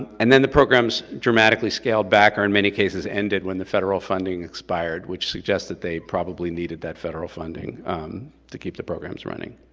and then the programs dramatically scaled back, or in many cases ended when the federal funding expired, which suggests that they probably needed that federal funding to keep the programs running.